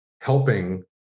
helping